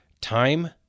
Time